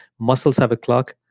muscles have a clock.